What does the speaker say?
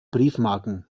briefmarken